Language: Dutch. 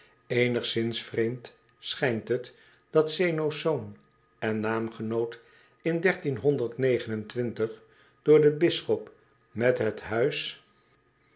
eenigszins vreemd schijnt het dat zeno's zoon en naamgenoot in door den b i s s c h o p met het huis